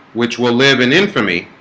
which will live in infamy